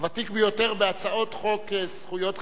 הוותיק ביותר בהצעות חוק זכויות חברתיות,